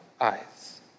eyes